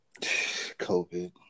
COVID